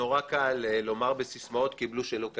קל לומר בסיסמאות: קיבלו שלא כדין.